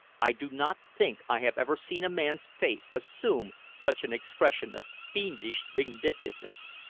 i do not think i have ever seen a man's face assume such an expression of fiendish vindictiveness.